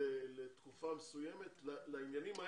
לתקופה מסוימת לעניינים האלה,